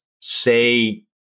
say